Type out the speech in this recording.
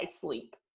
sleep